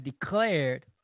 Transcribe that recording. declared